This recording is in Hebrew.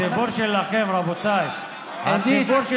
הציבור שלכם, רבותיי, זה לא הציבור.